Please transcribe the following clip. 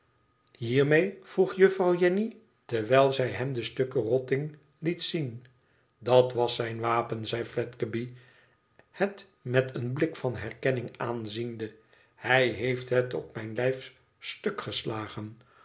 hiermee i vroeg juffrouw jenny terwijl zij hem de stukken rotting liet zien dat was zijn wapen zei fledgeby het met een blik van herkenning aanziende ihij heeft het op mijn lijf stuk geslagen